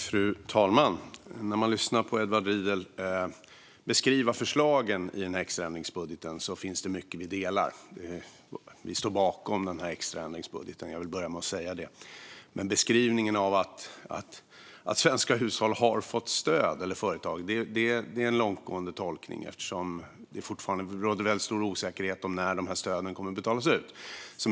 Fru talman! Edward Riedl beskriver förslagen i denna extraändringsbudget. Det finns mycket vi delar. Vi står bakom extraändringsbudgeten - jag vill börja med att säga det. Men beskrivningen av att svenska hushåll eller företag har fått stöd är en långtgående tolkning eftersom det fortfarande råder väldigt stor osäkerhet om när stöden kommer att betalas ut.